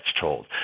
told